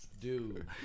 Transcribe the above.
Dude